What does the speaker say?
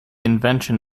invention